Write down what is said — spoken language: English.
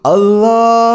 Allah